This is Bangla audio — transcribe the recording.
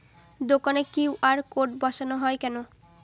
দোকানে কিউ.আর কোড বসানো হয় কেন?